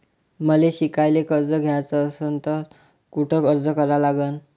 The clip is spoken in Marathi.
मले शिकायले कर्ज घ्याच असन तर कुठ अर्ज करा लागन?